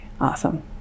awesome